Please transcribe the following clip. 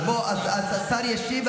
אז השר ישיב,